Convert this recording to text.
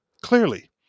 clearly